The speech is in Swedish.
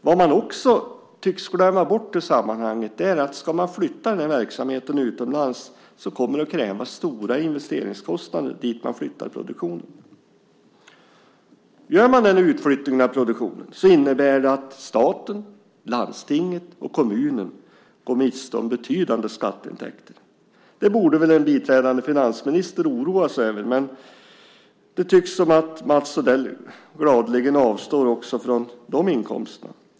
Vad man också tycks glömma bort i sammanhanget är att det kommer att krävas stora investeringskostnader om man flyttar verksamheten utomlands. Om man gör den utflyttningen av produktionen kommer staten, landstinget och kommunen att gå miste om betydande skatteintäkter. Det borde väl en biträdande finansminister oroa sig över? Men det tycks som att Mats Odell gladeligen avstår också från dessa inkomster.